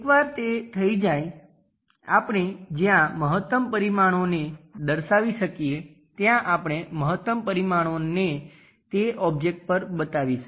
એકવાર તે થઈ જાય આપણે જ્યાં મહત્તમ પરિમાણોને દર્શાવી શકીએ ત્યાં આપણે મહત્તમ પરિમાણોને તે ઓબ્જેક્ટ પર બતાવીશું